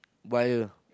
via